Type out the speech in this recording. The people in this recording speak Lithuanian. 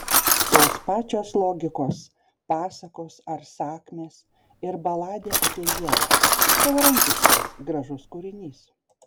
tos pačios logikos pasakos ar sakmės ir baladė apie ievą savarankiškas gražus kūrinys